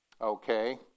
Okay